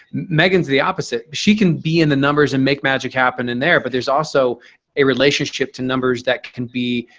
meaghan's the opposite. she can be in the numbers and make magic happen in there but there's also a relationship to numbers that can be